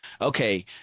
Okay